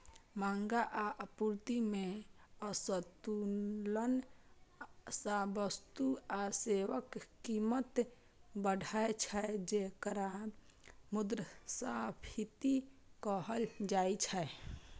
मांग आ आपूर्ति मे असंतुलन सं वस्तु आ सेवाक कीमत बढ़ै छै, जेकरा मुद्रास्फीति कहल जाइ छै